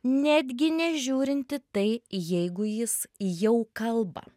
netgi nežiūrint į tai jeigu jis jau kalba